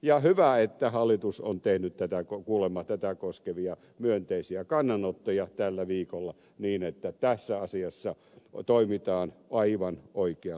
on hyvä että hallitus on tehnyt kuulemma tätä koskevia myönteisiä kannanottoja tällä viikolla niin että tässä asiassa toimitaan aivan oikealla tavalla